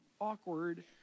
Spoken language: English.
Awkward